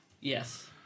Yes